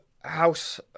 House